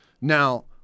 Now